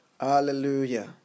Hallelujah